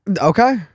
Okay